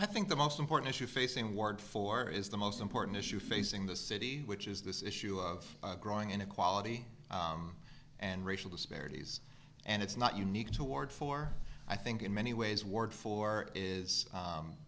i think the most important issue facing ward four is the most important issue facing the city which is this issue of growing inequality and racial disparities and it's not unique to ward four i think in many ways ward four is